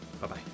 Bye-bye